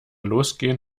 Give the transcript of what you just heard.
losgehen